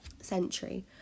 century